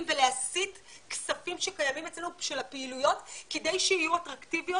ולהסיט כספים שקיימים אצלנו של הפעילויות כדי שיהיו אטרקטיביות